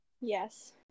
Yes